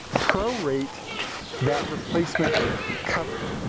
pro-rate that replacement coverage.